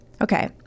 Okay